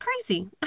crazy